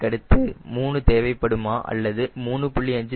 இதற்கடுத்து 3 தேவைப்படுமா அல்லது 3